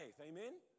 amen